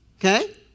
Okay